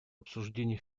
обсуждений